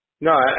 No